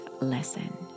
lesson